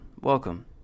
welcome